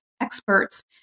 experts